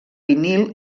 vinil